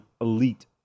elite